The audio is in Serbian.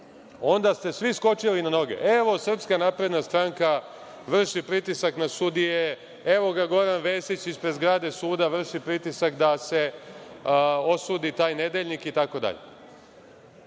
onda ste svi skočili na noge – evo, SNS vrši pritisak na sudije, evo ga Goran Vesić ispred zgrade suda vrši pritisak da se osudi taj nedeljnik itd.